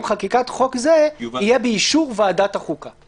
חקיקת חוק זה יהיה באישור ועדת החוקה.